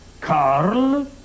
Carl